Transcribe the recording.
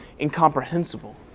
incomprehensible